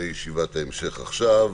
וישיבת ההמשך עכשיו.